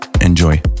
enjoy